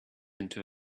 into